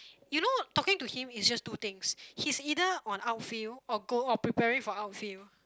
you know talking to him is just two things he's either on outfield or go or preparing for outfield